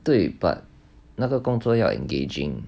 对 but 那个工作要 engaging